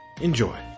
Enjoy